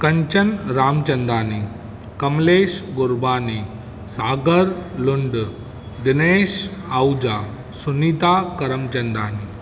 Kanchan Ramchandani Kamlesh Gurbani Sagar Lund Dinesh Ahuja Sunita Karamchandani